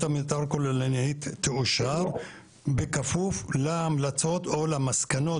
המתאר הכוללנית תאושר בכפוף להמלצות או למסקנות,